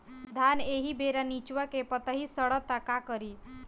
धान एही बेरा निचवा के पतयी सड़ता का करी?